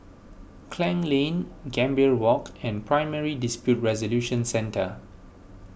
Klang Lane Gambir Walk and Primary Dispute Resolution Centre